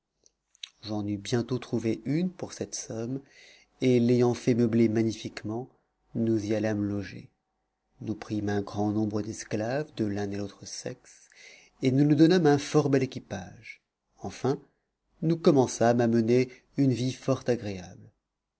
eus bientôt trouvé une pour cette somme et l'ayant fait meubler magnifiquement nous y allâmes loger nous prîmes un grand nombres d'esclaves de l'un et de l'autre sexe et nous nous donnâmes un fort bel équipage enfin nous commençâmes à mener une vie fort agréable